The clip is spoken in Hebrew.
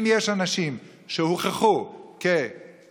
אם יש אנשים שהוכחו כמחלימים,